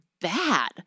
bad